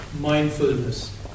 mindfulness